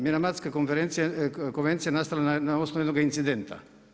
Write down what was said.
Minamatska konvencija je nastala na osnovu jednoga incidenta.